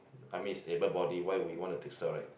I mean is able body why we want to take steroid